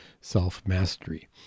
self-mastery